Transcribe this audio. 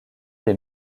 des